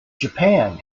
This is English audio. japan